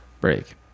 break